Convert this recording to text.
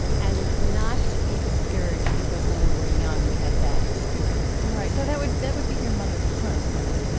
and not to be discouraged, because when we were young we had bad experiences right. so that would that would be your mother tongue, really,